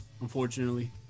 unfortunately